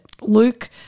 Luke